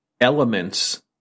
elements